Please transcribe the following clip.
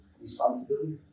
Responsibility